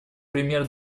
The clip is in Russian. пример